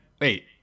Wait